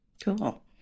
Cool